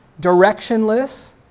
directionless